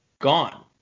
gone